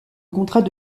contrat